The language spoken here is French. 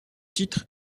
titre